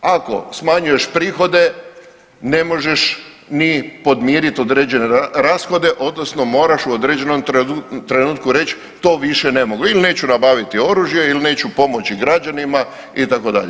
Ako smanjuješ prihode ne možeš ni podmiriti ni određene rashode odnosno moraš u određenom trenutku reći to više ne mogu ili neću nabaviti oružje ili neću pomoći građanima itd.